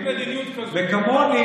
וכמוני,